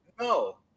no